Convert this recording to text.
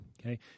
okay